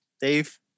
Dave